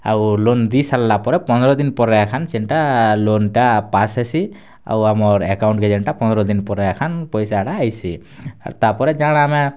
ଆଉ ଲୋନ୍ ଦି ସାର୍ଲା ପରେ ପନ୍ଦ୍ର ଦିନ୍ ପରେ ଏଖାନ୍ ଯେନ୍ଟା ଲୋନ୍ଟା ପାସ୍ ହେସି ଆଉ ଆମର୍ ଏକାଉଣ୍ଟ୍କେ ଯେନ୍ଟା ପନ୍ଦ୍ର ଦିନ୍ ପରେ ଏଖାନ୍ ପଇସାଟା ଆଏସି ଆର୍ ତାପରେ ଜାଣା ଆମେ